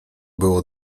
było